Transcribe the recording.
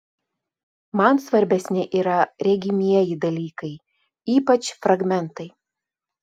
man svarbesni yra regimieji dalykai ypač fragmentai